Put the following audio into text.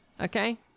Okay